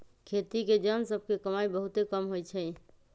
खेती के जन सभ के कमाइ बहुते कम होइ छइ